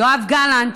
יואב גלנט,